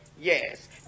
yes